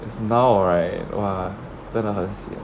cause now right !wah! 真的很 sian